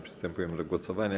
Przystępujemy do głosowania.